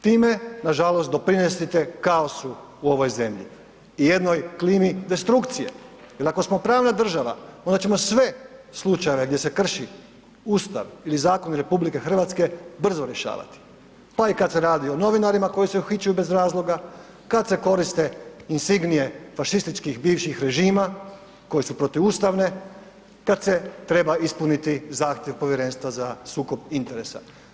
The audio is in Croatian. Time nažalost doprinosite kaosu u ovoj zemlji i jednoj klimi destrukcije, jel ako smo pravna država onda ćemo sve slučajeve gdje se krši Ustav ili zakoni RH brzo rješavati, pa i kada se radi o novinarima koji se uhićuju bez razloga, kada se koriste insignije fašističkih bivših režima koji su protivustavne, kada se treba ispuniti zahtjev Povjerenstva za sukob interesa.